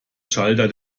schalter